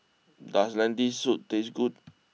does Lentil Soup taste good